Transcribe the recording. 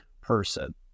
person